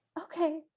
okay